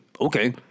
Okay